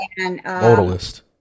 Modalist